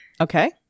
Okay